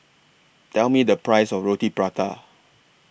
Tell Me The Price of Roti Prata